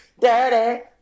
Dirty